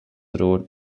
road